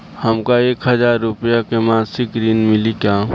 हमका एक हज़ार रूपया के मासिक ऋण मिली का?